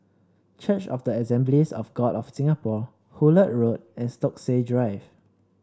Church of the Assemblies of God of Singapore Hullet Road and Stokesay Drive